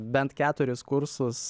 bent keturis kursus